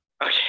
Okay